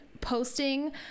posting